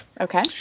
Okay